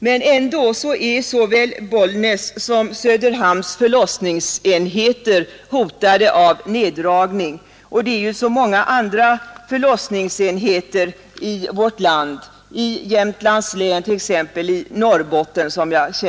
Men ändå är såväl Bollnäs som Söderhamns förlossningsenheter hotade av indragning, liksom många andra förlossningsenheter i vårt land, exempelvis i Jämtlands län och i Norrbotten.